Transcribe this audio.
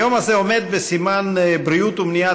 היום הזה עומד בסימן בריאות ומניעה